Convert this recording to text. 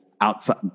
outside